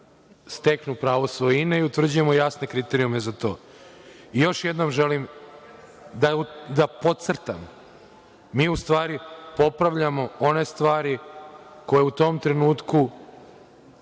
steknu pravo svojine i utvrđujemo jasne kriterijume za to. Još jednom želim da podcrtam. Mi popravljamo one stvari koje u tom trenutku